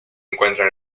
encuentra